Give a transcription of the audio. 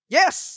Yes